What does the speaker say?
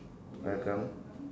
welcome